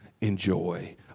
enjoy